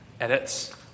edits